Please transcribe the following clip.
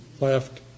left